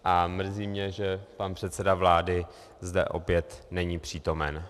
A mrzí mě, že pan předseda vlády zde opět není přítomen.